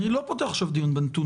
אני לא פותח עכשיו דיון בנתונים.